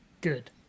good